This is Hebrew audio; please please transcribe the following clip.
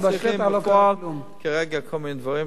אנחנו צריכים לפעול כרגע בכל מיני דברים,